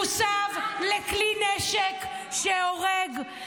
מוסב לכלי נשק שהורג.